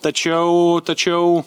tačiau tačiau